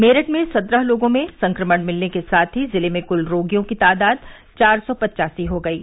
मेरठ में सत्रह लोगों में संक्रमण मिलने के साथ ही जिले में कुल रोगियों की तादाद चार सौ पच्चासी हो गयी